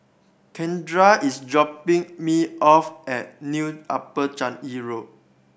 Kindra is dropping me off at New Upper Changi Road